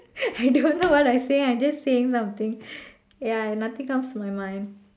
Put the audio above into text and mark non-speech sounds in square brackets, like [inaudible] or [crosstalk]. [laughs] I don't know what I say I just saying something ya nothing comes to my mind